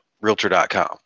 realtor.com